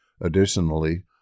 Additionally